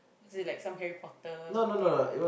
is it like some Harry-Potter theme